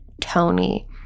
Tony